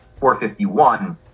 451